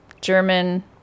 German